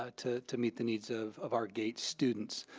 ah to to meet the needs of of our gate students.